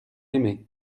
aimé